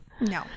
No